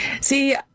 See